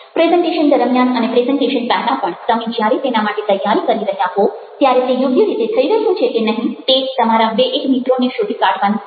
presentation દરમિયાન અને presentation પહેલાં પણ તમે જ્યારે તેના માટે તૈયારી કરી રહ્યા હો ત્યારે તે યોગ્ય રીતે થઇ રહ્યું છે કે નહિ તે તમારા બે એક મિત્રોને શોધી કાઢવાનું કહો